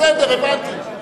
בסדר, הבנתי.